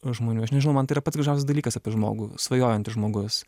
žmonių aš nežinau man tai yra pats gražiausias dalykas apie žmogų svajojantis žmogus